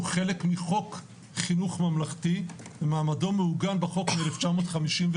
הוא חלק מחוק חינוך ממלכתי ומעמדו מעוגן בחוק של 1953,